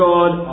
God